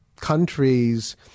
countries